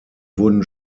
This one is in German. wurden